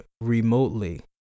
remotely